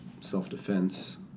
self-defense